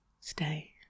Stay